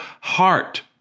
heart